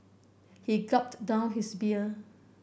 he gulped down his beer